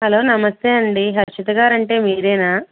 hello నమస్తే అండి హర్షిత గారు అంటే మీరేనా